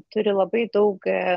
turi labai daug